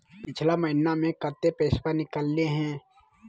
पिछला महिना मे कते पैसबा निकले हैं?